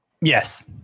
Yes